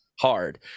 Hard